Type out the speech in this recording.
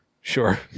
Sure